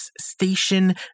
Station